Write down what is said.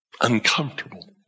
uncomfortable